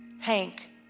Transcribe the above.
Hank